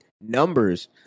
numbers